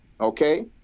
okay